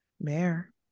Mayor